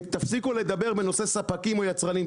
תפסיקו לדבר בנושא ספקים או יצרנים,